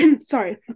Sorry